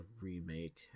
remake